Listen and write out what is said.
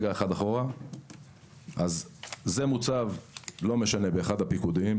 בתמונה מוצב באחד הפיקודים,